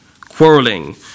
Quarrelling